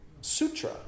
sutra